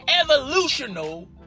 evolutional